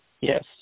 Yes